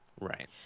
right